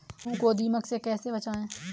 गेहूँ को दीमक से कैसे बचाएँ?